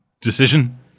decision